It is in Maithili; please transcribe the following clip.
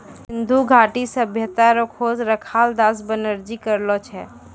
सिन्धु घाटी सभ्यता रो खोज रखालदास बनरजी करलो छै